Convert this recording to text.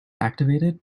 activated